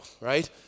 right